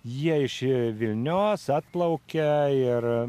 jie iš vilnios atplaukia ir